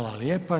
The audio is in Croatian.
lijepa.